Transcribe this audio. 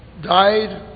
died